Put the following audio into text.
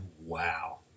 wow